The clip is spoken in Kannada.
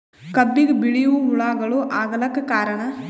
ಕಬ್ಬಿಗ ಬಿಳಿವು ಹುಳಾಗಳು ಆಗಲಕ್ಕ ಕಾರಣ?